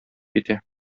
китә